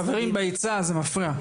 חברים ביציע, זה מפריע.